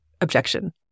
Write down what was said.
objection